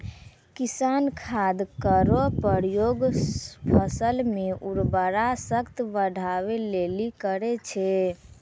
किसान खाद केरो प्रयोग फसल म उर्वरा शक्ति बढ़ाय लेलि करै छै